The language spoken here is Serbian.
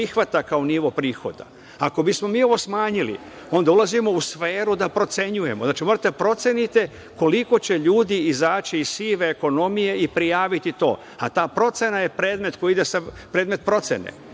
prihvata kao nivo prihoda. Ako bismo mi ovo smanjili, onda ulazimo u sferu da procenjujemo. Znači, morate da procenite koliko će ljudi izaći iz sive ekonomije i prijaviti to, a ta procena je predmet procene.